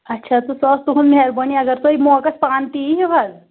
اچھا تہٕ سۄ ٲس تُہٕنٛز مہربٲنی اگر تُہۍ موقس پانہٕ تہِ یِیِو حظ